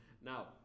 Now